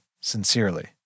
sincerely